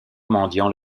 mendiants